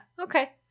Okay